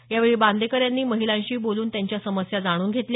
यावेळी बांदेकर यांनी महिलांशी बोलून त्यांच्या समस्या जाणून घेतल्या